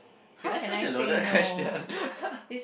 can I search a loaded question